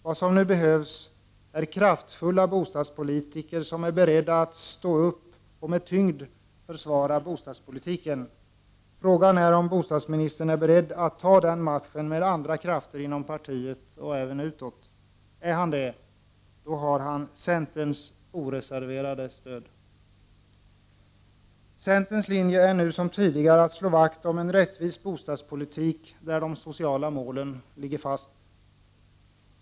Vad som nu behövs är kraftfulla bostadspolitiker, som är beredda att stå upp och med tyngd försvara bostadspolitiken. Frågan är om bostadsministern är beredd att ta den matchen med andra krafter inom partiet och även utåt. Är han det har han centerns oreserverade stöd. Centerns linje är nu som tidigare att slå vakt om en rättvis bostadspolitik, där de sociala målen ligger fast.